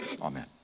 Amen